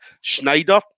Schneider